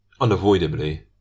unavoidably